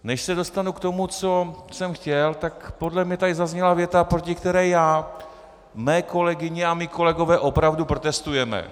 Než se dostanu k tomu, co jsem chtěl, tak podle mě tady zazněla věta, proti které já, mé kolegyně a mí kolegové opravdu protestujeme.